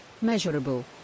measurable